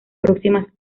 próximas